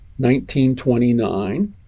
1929